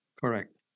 Correct